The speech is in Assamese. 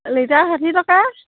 লিটাৰ ষাঠি টকা